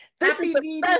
Happy